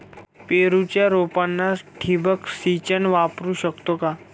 पेरूच्या रोपांना ठिबक सिंचन वापरू शकतो का?